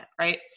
right